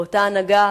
באותה הנהגה